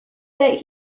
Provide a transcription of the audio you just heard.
that